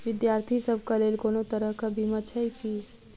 विद्यार्थी सभक लेल कोनो तरह कऽ बीमा छई की?